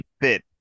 fit